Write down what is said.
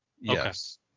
Yes